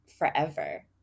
forever